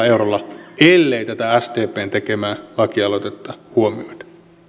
eurolla ellei tätä sdpn tekemää lakialoitetta huomioida